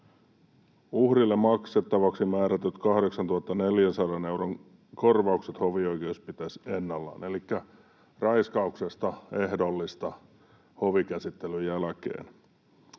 Uhrille maksettavaksi määrätyt 8 400 euron korvaukset hovioikeus piti ennallaan. Elikkä raiskauksesta ehdollista hovikäsittelyn jälkeen.